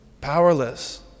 powerless